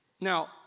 Now